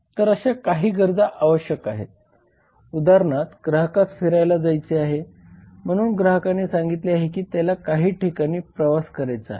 तर अशा काही गरजा आवश्यक आहेत उदाहरणार्थ ग्राहकास फिरायला जायचे आहे म्हणून ग्राहकाने सांगितले आहे की त्याला काही ठिकाणी प्रवास करायचा आहे